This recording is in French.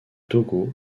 togo